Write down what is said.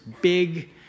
big